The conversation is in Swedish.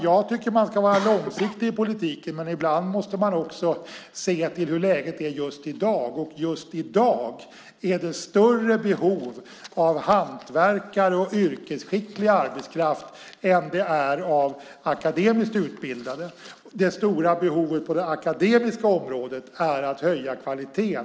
Jag tycker att man ska vara långsiktig i politiken, men ibland måste man också se till läget för dagen, och i dag finns det större behov av hantverkare och annan yrkesskicklig arbetskraft än av akademiskt utbildade. Det stora behovet på det akademiska området handlar om att höja kvaliteten.